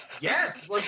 Yes